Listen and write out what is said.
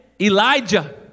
Elijah